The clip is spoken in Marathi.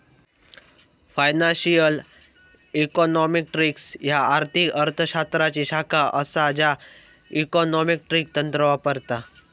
फायनान्शियल इकॉनॉमेट्रिक्स ह्या आर्थिक अर्थ शास्त्राची शाखा असा ज्या इकॉनॉमेट्रिक तंत्र वापरता